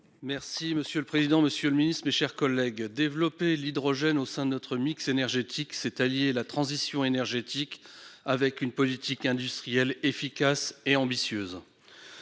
Menonville. Monsieur le ministre, développer l'hydrogène au sein de notre mix énergétique, c'est allier la transition énergétique avec une politique industrielle efficace et ambitieuse.